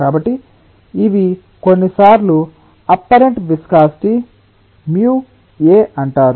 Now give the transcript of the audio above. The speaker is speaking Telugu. కాబట్టి ఇవి కొన్నిసార్లు అప్పరెంట్ విస్కాసిటి μa అంటారు